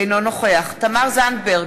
אינו נוכח תמר זנדברג,